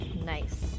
Nice